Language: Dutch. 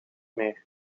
meer